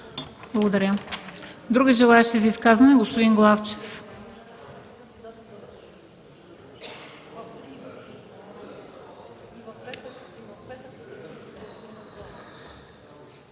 Благодаря. Други желаещи за изказвания? Господин Главчев.